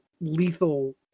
lethal